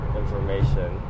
information